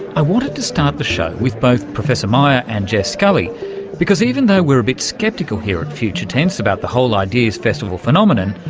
i wanted to start the show with both professor meyer and jess scully because even though we're a bit sceptical here at future tense about the whole ideas festival phenomenon,